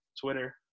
Twitter